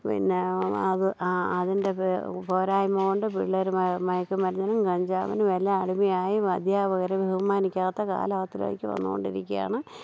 പിന്നെ അത് അതിൻ്റെ പോരായ്മ കൊണ്ട് പിള്ളേർ മയക്കുമരുന്നിനും കഞ്ചാവിനും എല്ലാം അടിമയായി അധ്യാപകരെ ബഹുമാനിക്കാത്ത കാലത്തിലേക്ക് വന്നു കൊണ്ടിരിക്കുകയാണ്